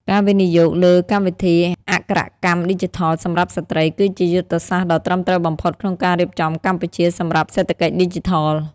ការវិនិយោគលើកម្មវិធីអក្ខរកម្មឌីជីថលសម្រាប់ស្ត្រី គឺជាយុទ្ធសាស្ត្រដ៏ត្រឹមត្រូវបំផុតក្នុងការរៀបចំកម្ពុជាសម្រាប់សេដ្ឋកិច្ចឌីជីថល។